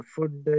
Food